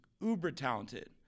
uber-talented